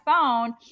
phone